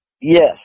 yes